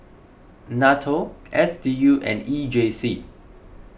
Nato S D U and E J C